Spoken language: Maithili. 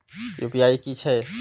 यू.पी.आई की हेछे?